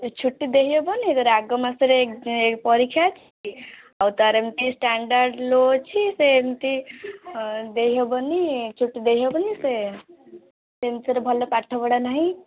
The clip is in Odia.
ଏ ଛୁଟି ଦେଇ ହେବନି ତାର ଆଗ ମାସରେ ପରୀକ୍ଷା ଅଛି ଆଉ ତାର ଏମିତି ଷ୍ଟାଣ୍ଡାର୍ଡ଼ ଲୋ ଅଛି ସିଏ ଏମିତି ଦେଇ ହେବନି ଛୁଟି ଦେଇ ହେବନି ସେଇ ଅନୁସାରେ ଭଲ ପାଠ ପଢ଼ା ନାହିଁ